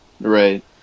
Right